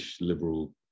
liberal